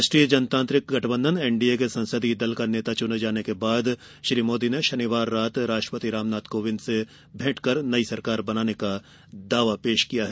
राष्ट्रीय जनतांत्रिक गठबंधन एनडीए के संसदीय दल का नेता चुने जाने के बाद श्री मोदी ने शनिवार रात को राष्ट्रपति कोविंद से भेंट कर नयी सरकार बनाने का दावा पेश किया था